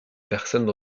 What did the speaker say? personnes